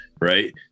right